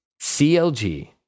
CLG